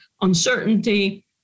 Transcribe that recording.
uncertainty